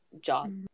job